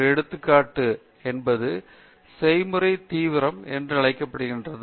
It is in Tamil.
ஒரு எடுத்துக்காட்டு என்பது செயல்முறை தீவிரம் என்று அழைக்கப்படுகிறது